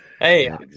Hey